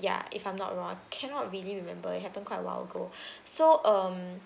ya if I'm not wrong I cannot really remember it happened quite a while ago so um